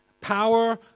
power